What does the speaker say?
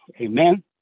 Amen